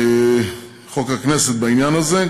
חוק הכנסת, בעניין הזה.